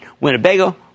Winnebago